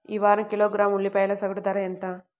ఈ వారం కిలోగ్రాము ఉల్లిపాయల సగటు ధర ఎంత?